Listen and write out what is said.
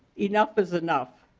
enough is enough.